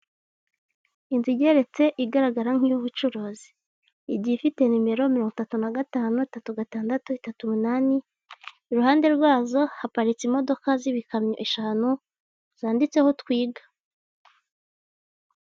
Inzu igeretse igaragara nki y'ubucuruzi igiye ifite nimero mirongo itatu na gatanu itatu gatandatu itatu umunani, iruhande rwazo haparitse imodoka z'ibikamyo eshanu zanditseho twiga.